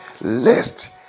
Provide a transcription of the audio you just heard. lest